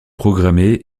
programmés